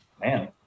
man